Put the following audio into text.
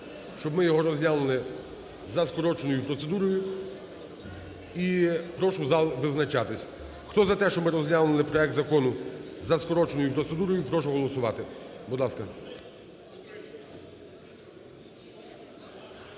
щоб ми його розглянули за скороченою процедурою. І прошу зал визначатись. Хто за те, щоб ми розглянули проект закону за скороченою процедурою, прошу голосувати. Будь ласка.